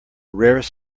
rarest